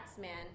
man